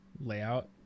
layout